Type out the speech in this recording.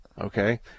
okay